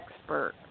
expert